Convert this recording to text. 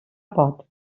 pot